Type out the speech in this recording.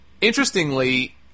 Interestingly